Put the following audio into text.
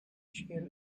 shear